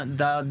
da